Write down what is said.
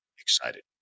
excited